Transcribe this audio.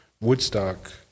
Woodstock